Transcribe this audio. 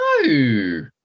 No